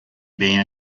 bem